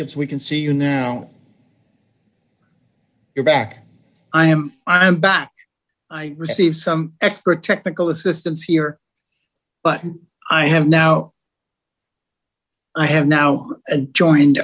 so we can see you now you're back i am i'm back i received some expert technical assistance here but i have now i have now joined